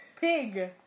Pig